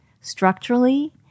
structurally